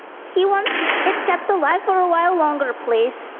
he wants it kept alive for a while longer, please.